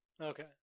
Okay